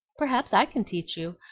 perhaps i can teach you.